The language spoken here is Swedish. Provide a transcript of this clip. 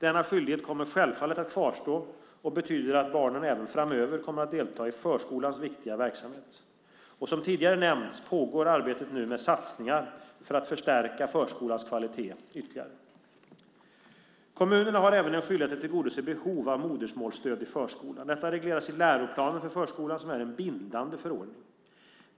Denna skyldighet kommer självfallet att kvarstå och betyder att barnen även framöver kommer att delta i förskolans viktiga verksamhet. Som tidigare nämnts pågår arbetet nu med satsningar för att förstärka förskolans kvalitet ytterligare. Kommunerna har även en skyldighet att tillgodose behov av modersmålsstöd i förskolan. Detta regleras i läroplanen för förskolan som är en bindande förordning.